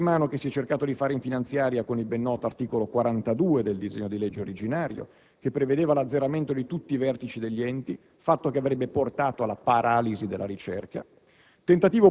il colpo di mano che si è cercato di compiere nella manovra finanziaria con il ben noto articolo 42 del disegno di legge originario, che prevedeva l'azzeramento di tutti i vertici degli enti (fatto, questo, che avrebbe portato alla paralisi della ricerca).